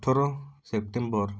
ଅଠର ସେପ୍ଟେମ୍ବର